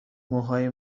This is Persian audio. موهای